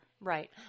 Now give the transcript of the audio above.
Right